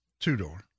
two-door